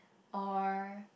or